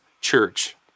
church